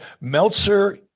Meltzer